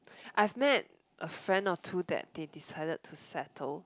I've met a friend or two that they decided to settle